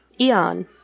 Eon